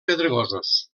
pedregosos